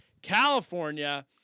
California